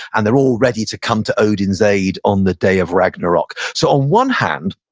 and they're all ready to come to odin's aid on the day of ragnarok so on one hand,